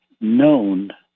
known